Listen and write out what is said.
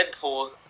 Deadpool